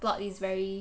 plot is very